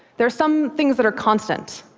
there are some things that are constant.